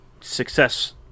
success